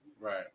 Right